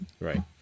right